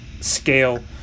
scale